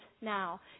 now